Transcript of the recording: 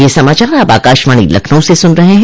ब्रे क यह समाचार आप आकाशवाणी लखनऊ से सुन रहे हैं